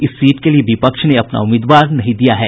इस सीट के लिए विपक्ष ने अपना उम्मीदवार नहीं दिया है